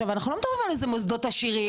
עכשיו אנחנו לא מדברים אל איזה מוסדות עשירים,